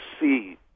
see